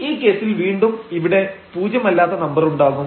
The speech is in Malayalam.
ഈ കേസിൽ വീണ്ടും ഇവിടെ പൂജ്യമല്ലാത്ത നമ്പർ ഉണ്ടാകും